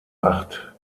acht